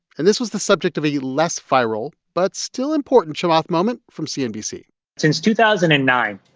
and this was the subject of a less viral but still important chamath moment from cnbc since two thousand and nine,